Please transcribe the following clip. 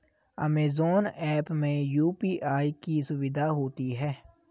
Amazon app में UPI की सुविधा होती है